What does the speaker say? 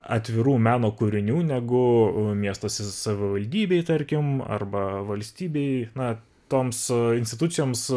atvirų meno kūrinių negu miestuose savivaldybei tarkim arba valstybei na toms institucijoms